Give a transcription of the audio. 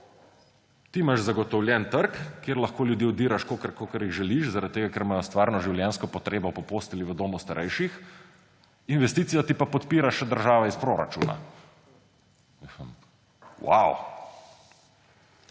Ti imaš zagotovljen trg, kjer lahko ljudi odiraš, kolikor jih želiš, zaradi tega ker imajo stvarno življenjsko potrebo po postelji v domu starejših, investicijo ti pa podpira še država iz proračuna. Vav!